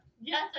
Yes